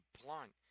blunt